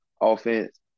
offense